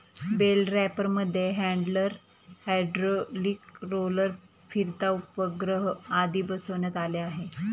bell रॅपरमध्ये handler, hydraulic roller, फिरता उपग्रह आदी बसवण्यात आले आहे